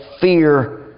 fear